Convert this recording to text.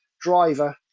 driver